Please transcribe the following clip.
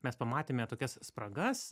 mes pamatėme tokias spragas